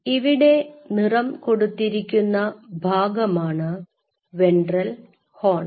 ഇവിടെ നിറം കൊടുത്തിരിക്കുന്ന ഭാഗമാണ് വെൻട്രൽ ഹോൺ